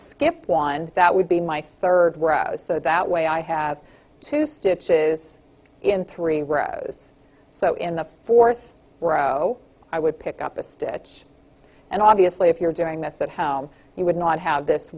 skip one that would be my third rows so that way i have two stitches in three rows so in the fourth row i would pick up a stitch and obviously if you're doing this at home you would not have this